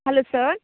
hello sir